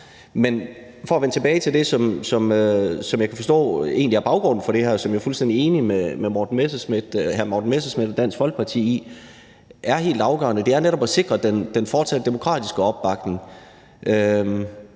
Men for at vende tilbage til det, som jeg kan forstå egentlig er baggrunden for det her, og som jeg er fuldstændig enig med hr. Morten Messerschmidt og Dansk Folkeparti i er helt afgørende, så er det netop at sikre den fortsatte demokratiske opbakning.